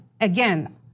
again